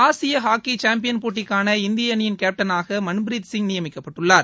ஆசிய hockey champion போட்டிக்கான இந்திய அணியின் கேப்டனாக மன்பிரீத்சிங் நியமிக்கப்பட்டுள்ளார்